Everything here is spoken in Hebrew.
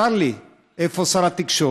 צר לי, איפה שר התקשורת?